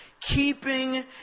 keeping